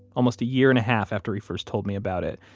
almost a year and a half after he first told me about it,